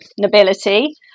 nobility